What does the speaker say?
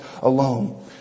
alone